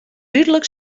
dúdlik